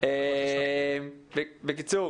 איליה והוא הסביר את האופן שבו הסיוע הכולל שניתן